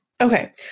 Okay